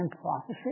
prophecy